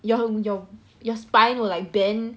your your your spine will like bend